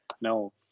No